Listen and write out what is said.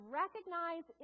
recognize